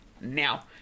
now